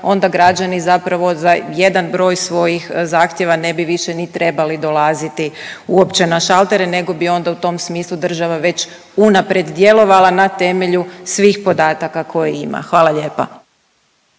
onda građani zapravo za jedan broj svojih zahtjeva ne bi više ni trebali dolaziti uopće na šaltere nego bi onda u tom smislu država već unaprijed djelovala na temelju svih podataka koje ima. Hvala lijepa.